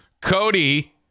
Cody